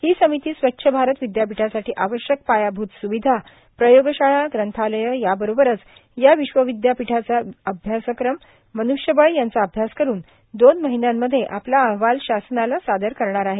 ही समिती स्वच्छ भारत विद्यापीठासाठी आवश्यक पायाभुत सुविधार प्रयोगशाळार ग्रंथालये याबरोबरच या विश्वविद्यापीठाचा अभ्यासक्रमर मन्ष्यबळ यांचा अभ्यास करुन दोन महिन्यांमध्ये आपला अहवाल शासनास सादर करणार आहे